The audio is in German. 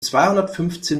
zweihundertfünfzehn